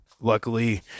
Luckily